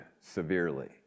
severely